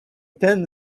ten